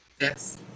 Yes